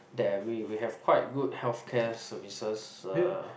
that we we have quite good healthcare services uh